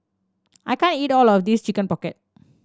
I can't eat all of this Chicken Pocket